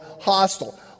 hostile